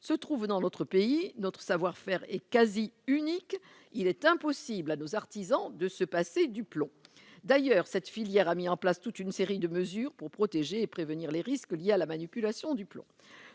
se trouvent dans notre pays, notre savoir-faire et quasi unique, il est impossible à nos artisans de se passer du plomb, d'ailleurs, cette filière a mis en place toute une série de mesures pour protéger et prévenir les risques liés à la manipulation du plomb,